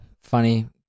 funny